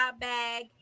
bag